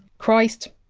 christ!